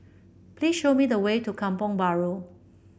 please show me the way to Kampong Bahru